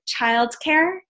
childcare